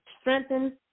strengthen